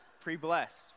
pre-blessed